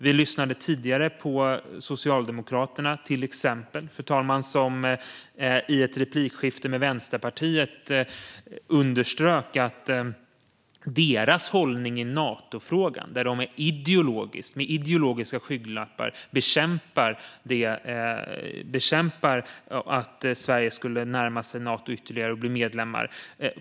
Vi lyssnade tidigare till exempel på Socialdemokraterna, som i ett replikskifte med Vänsterpartiet underströk sin hållning i Natofrågan. Med ideologiska skygglappar bekämpar de att Sverige skulle närma sig Nato ytterligare och bli medlem.